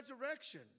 resurrection